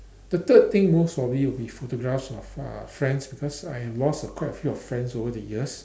the third thing most probably will be photographs of uh friends because I lost a quite a few of friends over the years